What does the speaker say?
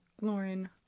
Lauren